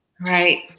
right